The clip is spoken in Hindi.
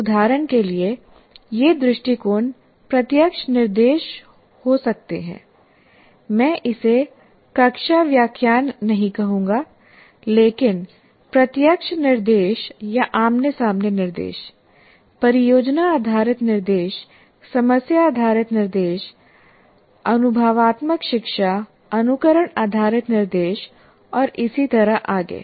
उदाहरण के लिए ये दृष्टिकोण प्रत्यक्ष निर्देश हो सकते हैं मैं इसे कक्षा व्याख्यान नहीं कहूंगा लेकिन प्रत्यक्ष निर्देश या आमने सामने निर्देश परियोजना आधारित निर्देश समस्या आधारित निर्देश अनुभवात्मक शिक्षा अनुकरण आधारित निर्देश और इसी तरह आगे